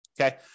Okay